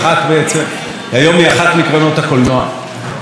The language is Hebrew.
לא היו לנו סרטים לאשר, לא היו לנו תסריטים לאשר.